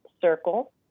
Circle